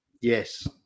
Yes